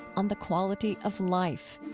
on the quality of life